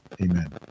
Amen